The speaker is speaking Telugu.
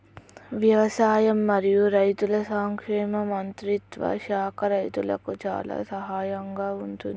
వ్యవసాయం మరియు రైతుల సంక్షేమ మంత్రిత్వ శాఖ రైతులకు చాలా సహాయం గా ఉంటుంది